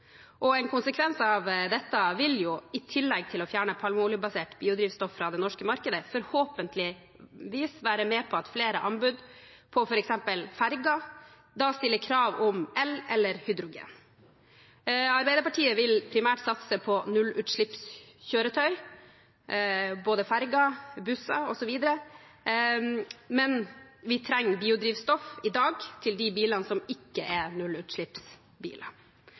En konsekvens av dette vil, i tillegg til å fjerne palmeoljebasert drivstoff fra det norske markedet, forhåpentligvis være med på at flere anbud på f.eks. ferger stiller krav om el eller hydrogen. Arbeiderpartiet vil primært satse på nullutslippskjøretøy, både ferger og busser osv., men vi trenger biodrivstoff i dag til de bilene som ikke er nullutslippsbiler.